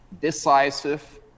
decisive